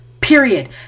Period